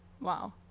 Wow